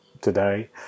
today